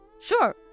Sure